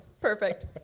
Perfect